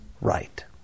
right